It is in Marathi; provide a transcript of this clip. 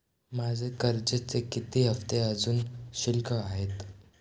माझे कर्जाचे किती हफ्ते अजुन शिल्लक आहेत?